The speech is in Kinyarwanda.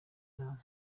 inama